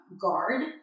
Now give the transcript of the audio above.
Guard